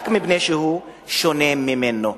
רק מפני שהוא שונה ממנו.